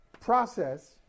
process